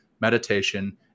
meditation